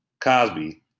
Cosby